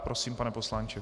Prosím, pane poslanče.